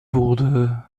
wurde